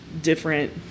different